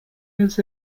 was